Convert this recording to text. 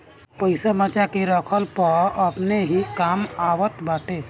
पईसा बचा के रखला पअ अपने ही काम आवत बाटे